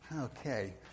Okay